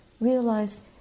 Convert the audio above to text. realize